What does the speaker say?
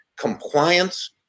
Compliance